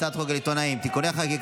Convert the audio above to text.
הצעת חוק להגנה על עיתונאים (תיקוני חקיקה),